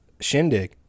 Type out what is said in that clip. shindig